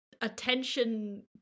attention